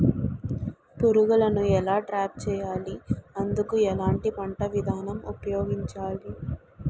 పురుగులను ఎలా ట్రాప్ చేయాలి? అందుకు ఎలాంటి పంట విధానం ఉపయోగించాలీ?